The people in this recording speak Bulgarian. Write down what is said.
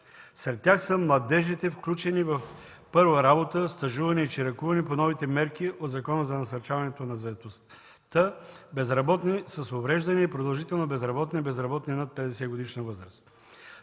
Сред тях са младежите, включени в „Първа работа – стажуване и чиракуване” по новите мерки от Закона за насърчаването на заетостта, безработни с увреждания и продължително безработни и безработни над 50 годишна възраст.